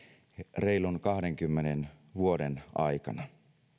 reilun kahdenkymmenen vuoden aikana